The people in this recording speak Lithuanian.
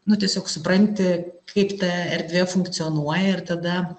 nu tiesiog supranti kaip ta erdvė funkcionuoja ir tada